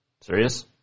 Serious